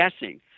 guessing